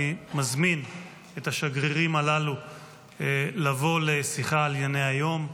אני מזמין את השגרירים הללו לבוא לשיחה על ענייני היום.